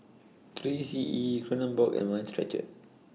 three C E Kronenbourg and Mind Stretcher